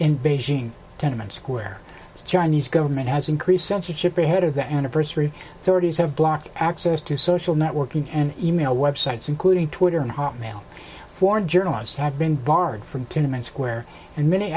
in beijing tenement square the chinese government has increased censorship ahead of the anniversary sorties have blocked access to social networking and e mail web sites including twitter and hotmail foreign journalists have been barred from tournament square and many